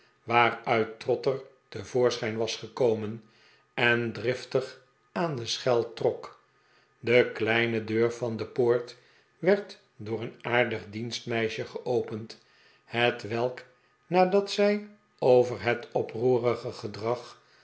waaruit trotter te voorsc'hijn was gekomen en driftig aan de schel trok de kleine deur van de poort werd door een aardig dienstmeisje geopend hetwelk nadat zij over het oproerige